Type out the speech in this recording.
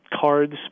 cards